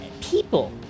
People